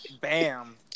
bam